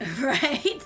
right